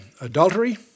adultery